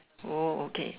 oh okay